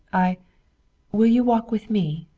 i will you walk with me?